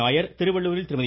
நாயர் திருவள்ளுரில் திருமதி